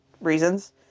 reasons